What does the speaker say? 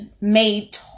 made